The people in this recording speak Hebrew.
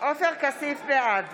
בעד